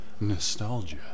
nostalgia